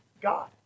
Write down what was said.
God